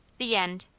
the end.